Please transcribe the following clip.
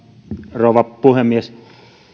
rouva puhemies